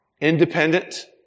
independent